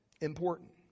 important